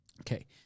okay